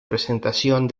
presentación